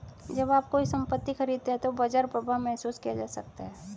जब आप कोई संपत्ति खरीदते हैं तो बाजार प्रभाव महसूस किया जा सकता है